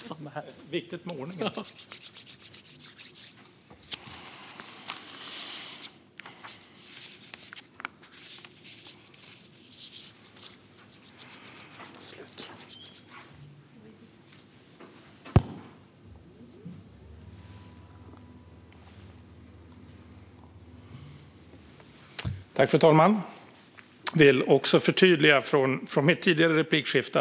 Fru talman! Jag vill förtydliga något från min sida i vårt tidigare replikskifte.